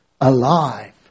alive